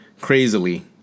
Crazily